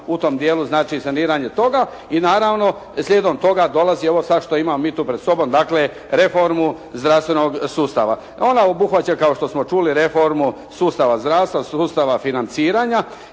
u tom dijelu znači saniranje toga. I naravno slijedom toga dolazi ovo što sada imamo mi tu pred sobom, dakle, reformu zdravstvenog sustava. Ona obuhvaća kao što smo čuli, reformu sustava zdravstva, sustava financiranja